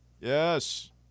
Yes